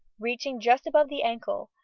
reaching just above the ankle,